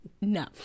no